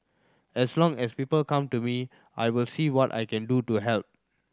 as long as people come to me I will see what I can do to help